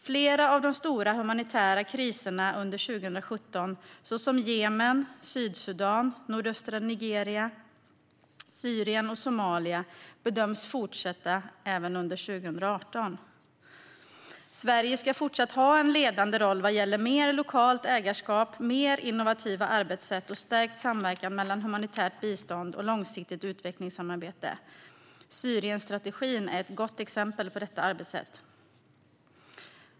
Flera av de stora humanitära kriserna under 2017, såsom Jemen, Sydsudan, nordöstra Nigeria, Syrien och Somalia, bedöms fortsätta även under 2018. Sverige ska fortsatt ha en ledande roll vad gäller mer lokalt ägarskap, mer innovativa arbetssätt och stärkt samverkan mellan humanitärt bistånd och långsiktigt utvecklingssamarbete. Syrienstrategin är ett gott exempel på detta arbetssätt.